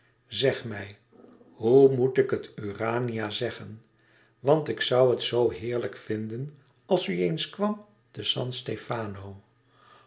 zeg mij hoe moet ik het urania zeggen want ik zoû het zoo heerlijk vinden als u eens kwam te san stefano